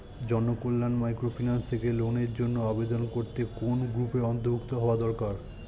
Janakalyan microfinance থেকে লোনের জন্য আবেদন করতে কোন গ্রুপের অন্তর্ভুক্ত হওয়া দরকার?